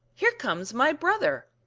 here comes my brother!